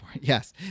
yes